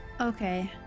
Okay